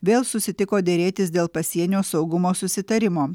vėl susitiko derėtis dėl pasienio saugumo susitarimo